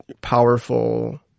powerful